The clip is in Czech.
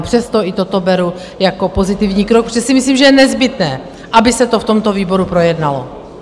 Přesto i toto beru jako pozitivní krok, protože si myslím, že je nezbytné, aby se to v tomto výboru projednalo.